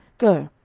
go,